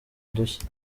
udushya